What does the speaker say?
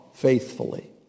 faithfully